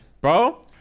Bro